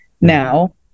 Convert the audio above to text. now